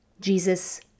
Jesus